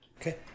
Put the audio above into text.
Okay